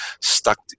stuck